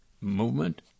Movement